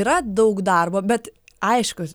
yra daug darbo bet aišku